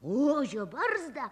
ožio barzdą